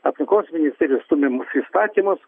aplinkos ministerijos stumiamus įstatymus